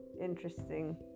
interesting